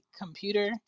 computer